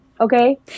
Okay